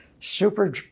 super